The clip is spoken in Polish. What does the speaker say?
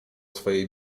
swojej